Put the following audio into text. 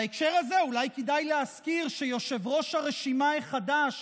בהקשר הזה אולי כדאי להזכיר שיושב-ראש הרשימה החדש